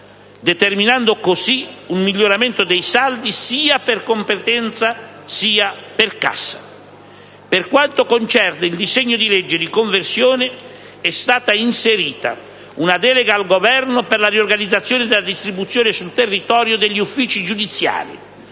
determinando così un miglioramento dei saldi, sia per competenza sia per cassa. Per quanto concerne il disegno di legge di conversione, è stata inserita una delega al Governo per la riorganizzazione della distribuzione sul territorio degli uffici giudiziari: